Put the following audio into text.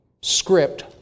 script